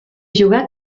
jugà